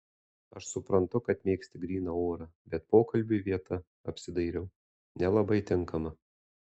aš suprantu kad mėgsti gryną orą bet pokalbiui vieta apsidairiau nelabai tinkama